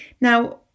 Now